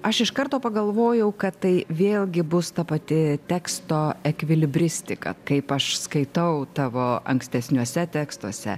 aš iš karto pagalvojau kad tai vėlgi bus ta pati teksto ekvilibristika kaip aš skaitau tavo ankstesniuose tekstuose